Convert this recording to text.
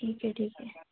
ठीक आहे ठीक आहे